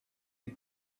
you